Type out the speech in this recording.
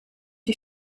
die